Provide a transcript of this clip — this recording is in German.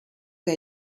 der